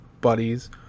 buddies